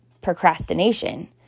procrastination